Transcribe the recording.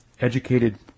educated